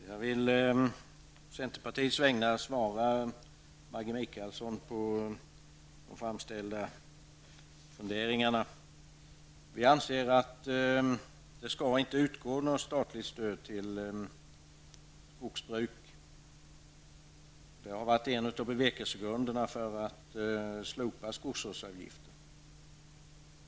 Herr talman! Jag vill å centerpartiets vägnar svara på de frågor som Maggi Mikaelsson har framställt. Vi anser att det inte skall utgå något statligt stöd till skogsbruket. Det har varit en av bevekelsegrunderna för att slopa skogsvårdsavgiften.